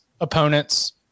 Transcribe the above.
opponents